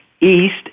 east